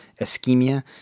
ischemia